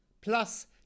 plus